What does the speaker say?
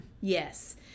yes